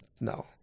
No